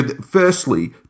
firstly